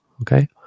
okay